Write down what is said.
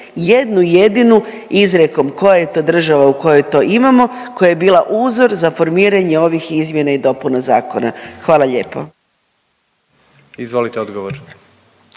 Jednu jedinu izrijekom koja je to država u kojoj to imamo koja je bila uzor za formiranje ovih izmjena i dopuna zakona. Hvala lijepo. **Jandroković,